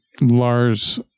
Lars